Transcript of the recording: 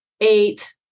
eight